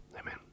Amen